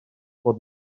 bod